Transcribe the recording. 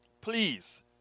Please